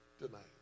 tonight